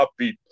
upbeat